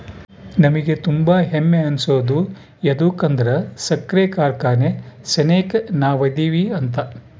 ನಮಿಗೆ ತುಂಬಾ ಹೆಮ್ಮೆ ಅನ್ಸೋದು ಯದುಕಂದ್ರ ಸಕ್ರೆ ಕಾರ್ಖಾನೆ ಸೆನೆಕ ನಾವದಿವಿ ಅಂತ